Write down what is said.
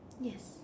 yes